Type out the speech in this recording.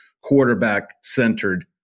quarterback-centered